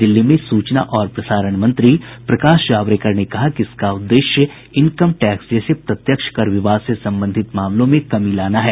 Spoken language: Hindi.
नई दिल्ली में सूचना और प्रसारण मंत्री प्रकाश जावड़ेकर ने कहा कि इसका उद्देश्य इनकम टैक्स जैसे प्रत्यक्ष कर विवाद से संबंधित मामलों में कमी लाना है